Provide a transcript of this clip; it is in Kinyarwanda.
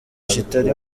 kitari